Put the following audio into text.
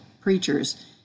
preachers